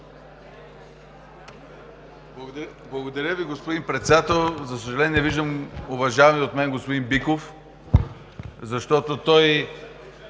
Благодаря Ви, господин Председател. За съжаление, не виждам уважавания от мен господин Биков, защото той